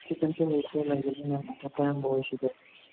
chicken ꯁꯦꯟꯋꯤꯁꯁꯦ ꯂꯩꯒꯅꯤ ꯃꯦꯝ ꯑꯗꯣ ꯀꯔꯝꯕ ꯑꯣꯏꯁꯤꯒꯦ